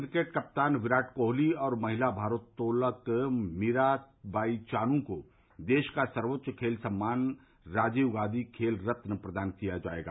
cricket कप्तान विराट कोहली और महिला भारोत्तोलक मीराबाई चानू को देश का सर्वोच्च खेल सम्मान राजीव गांधी खेल रत्न प्रदान किया जाएगा